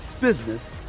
business